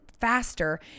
faster